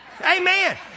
Amen